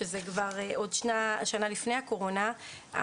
שזה שנה לפני הקורונה,